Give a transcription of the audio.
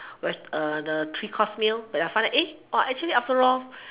with the three course meal but I find that actually after all